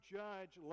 judge